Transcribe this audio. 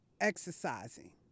exercising